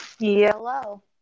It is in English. Hello